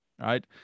right